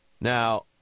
Now